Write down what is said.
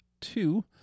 two